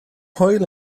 hwyl